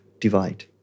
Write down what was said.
divide